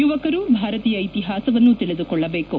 ಯುವಕರು ಭಾರತೀಯ ಇತಿಹಾಸವನ್ನು ತಿಳಿದುಕೊಳ್ಳಬೇಕು